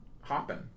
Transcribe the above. hopping